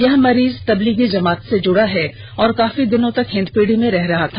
यह मरीज तब्लीगी जमात से जुड़ा हुआ है और काफी दिनों तक हिन्दपीढ़ी में रहा था